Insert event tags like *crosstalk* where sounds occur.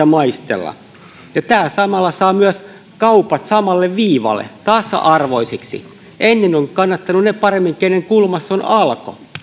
*unintelligible* maistella tämä samalla saa myös kaupat samalle viivalle tasa arvoisiksi ennen ovat kannattaneet paremmin ne joiden kulmassa on alko